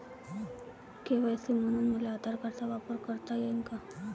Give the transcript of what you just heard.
KYC म्हनून मले आधार कार्डाचा वापर करता येईन का?